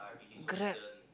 Grab